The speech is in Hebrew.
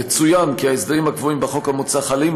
יצוין כי ההסדרים הקבועים בחוק המוצע חלים,